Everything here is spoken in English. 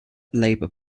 labour